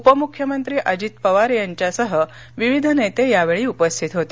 उपमुख्यमंत्री अजित पवार यांच्यासह विविध नेते यावेळी उपस्थित होते